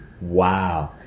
Wow